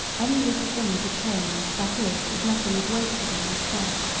any little thing is a change that is if nothing is wasted in that cellar.